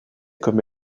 comme